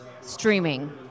streaming